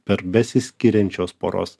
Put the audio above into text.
per besiskiriančios poros